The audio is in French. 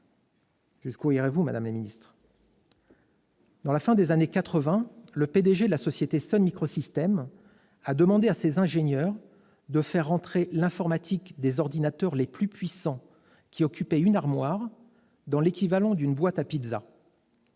Jusqu'où irez-vous, madame la ministre ? À la fin des années quatre-vingt, le PDG de la société Sun Microsystems a demandé à ses ingénieurs de faire rentrer l'informatique des ordinateurs les plus puissants, qui occupait une armoire, dans un volume équivalent à celui d'une boîte à pizza.